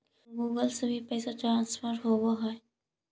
Google से भी पैसा ट्रांसफर होवहै?